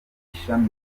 ishami